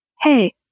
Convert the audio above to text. Hey